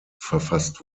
verfasst